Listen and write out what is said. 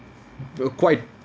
uh quite